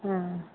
हाँ